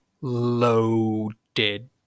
loaded